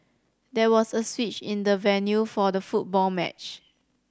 there was a switch in the venue for the football match